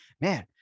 man